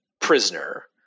prisoner